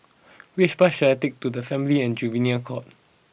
which bus should I take to the Family and Juvenile Court